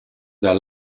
their